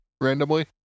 randomly